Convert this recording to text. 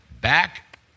back